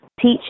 teach